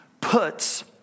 puts